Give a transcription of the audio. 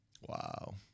Wow